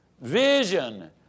Vision